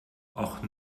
och